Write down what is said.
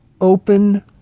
open